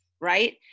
Right